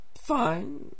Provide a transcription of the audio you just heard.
fine